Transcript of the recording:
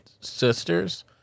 sisters